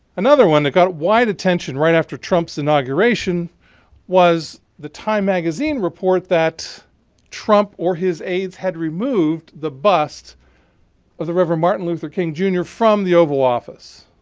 another one that got wide attention right after trump's inauguration was the time magazine report that trump or his aides had removed the bust of the reverend martin luther king junior from the oval office.